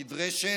נדרשת,